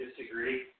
disagree